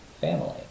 family